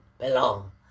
belong